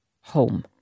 home